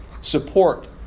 support